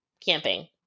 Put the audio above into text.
Camping